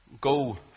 go